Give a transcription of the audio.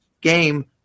game